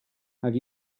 have